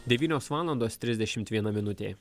devynios valandos trisdešimt viena minutė